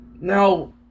Now